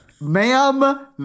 Ma'am